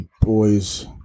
boys